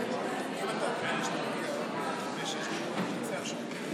הפינוי ושינוי שם החוק),